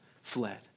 fled